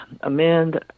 amend